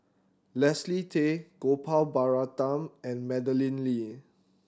Leslie Tay Gopal Baratham and Madeleine Lee